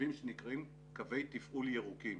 קווים שנקראים קווי תפעול ירוקים.